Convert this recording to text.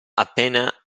appena